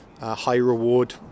high-reward